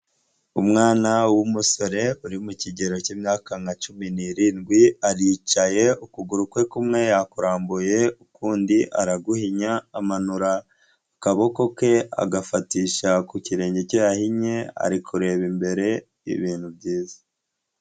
Umwana w'umusore uri mu kigero cy'imyaka nka cumi n'irindwi aricaye ukuguru kwe kumwe yakurambuye ukundi araguhinya, amanura akaboko ke agafatisha ku kirenge cye yahinye. ari kureba imbere ibintu byiza.